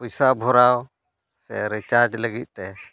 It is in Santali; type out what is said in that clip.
ᱯᱚᱭᱥᱟ ᱵᱷᱚᱨᱟᱣ ᱥᱮ ᱨᱤᱪᱟᱨᱡᱽ ᱞᱟᱹᱜᱤᱫᱼᱛᱮ